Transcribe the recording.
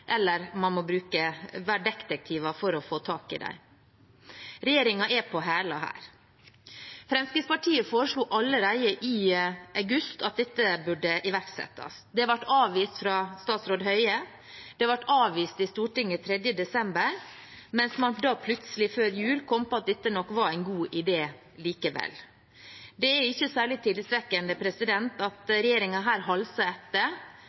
eller man må være detektiver for å få tak i dem. Regjeringen er på hælene her. Fremskrittspartiet foreslo allerede i august at dette burde iverksettes. Det ble avvist fra statsråd Høie, det ble avvist i Stortinget 3. desember, mens man plutselig før jul kom på at dette nok var en god idé likevel. Det er ikke særlig tillitvekkende at regjeringen her halser etter